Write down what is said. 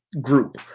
group